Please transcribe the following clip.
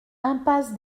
impasse